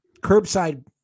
curbside